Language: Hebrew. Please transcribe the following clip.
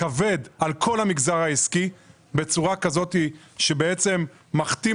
כבד על כל המגזר העסקי בצורה כזאת שבעצם מכתים